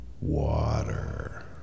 water